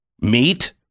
Meat